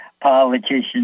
Politicians